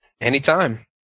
Anytime